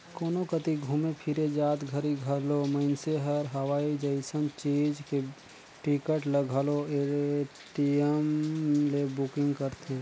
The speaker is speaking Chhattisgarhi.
कोनो कति घुमे फिरे जात घरी घलो मइनसे हर हवाई जइसन चीच के टिकट ल घलो पटीएम ले बुकिग करथे